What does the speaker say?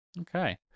Okay